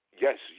yes